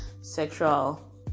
sexual